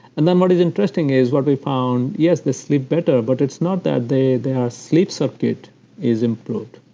and then, what is interesting is, what we found, yes they sleep better, but it's not that they they are sleep circuit is improved.